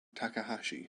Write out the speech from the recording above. takahashi